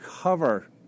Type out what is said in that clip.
cover